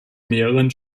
mehreren